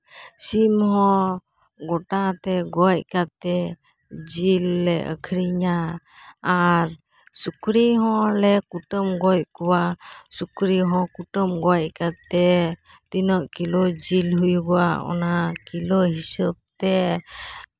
ᱥᱤᱢ ᱦᱚᱸ ᱜᱚᱴᱟ ᱛᱮ ᱜᱚᱡᱽ ᱠᱟᱛᱮᱫ ᱡᱤᱞ ᱞᱮ ᱟᱠᱷᱨᱤᱧᱟ ᱟᱨ ᱥᱩᱠᱨᱤ ᱦᱚᱸᱞᱮ ᱠᱩᱴᱟᱹᱢ ᱜᱚᱡᱽ ᱠᱚᱣᱟ ᱥᱩᱠᱨᱤ ᱦᱚᱸ ᱠᱩᱴᱟᱹᱢ ᱜᱚᱡᱽ ᱠᱟᱛᱮᱫ ᱛᱤᱱᱟᱹᱜ ᱠᱤᱞᱳ ᱡᱤᱞ ᱦᱩᱭᱩᱜᱚᱜᱼᱟ ᱚᱱᱟ ᱠᱤᱞᱳ ᱦᱤᱥᱟᱹᱵ ᱛᱮ